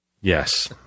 Yes